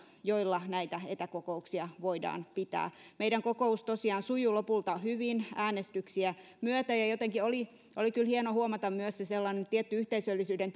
joilla näitä etäkokouksia voidaan pitää meidän kokous tosiaan sujui lopulta hyvin äänestyksiä myöten ja jotenkin oli oli kyllä hienoa huomata myös sellainen tietty yhteisöllisyyden